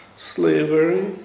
slavery